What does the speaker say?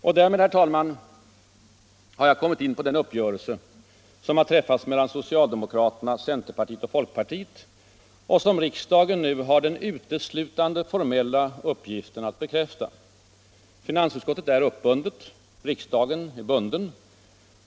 Och därmed, herr talman, har jag kommit in på den uppgörelse som har träffats mellan socialdemokraterna, centerpartiet och folkpartiet och som riksdagen nu har den uteslutande formella uppgiften att bekräfta. Finansutskottet är uppbundet, riksdagen är bunden.